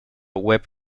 web